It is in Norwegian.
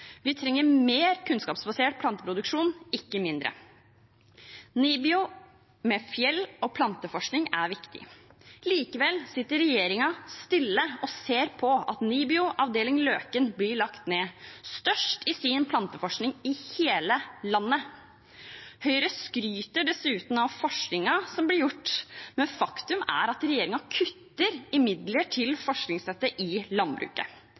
Vi trenger mer kunnskapsbasert planteproduksjon, ikke mindre. NIBIO, med fjell- og planteforskning, er viktig. Likevel sitter regjeringen stille og ser på at NIBIO, avdeling Løken – størst i planteforskning i hele landet – blir lagt ned. Høyre skryter dessuten av forskningen som blir gjort, men faktum er at regjeringen kutter i midler til forskningsstøtte i landbruket.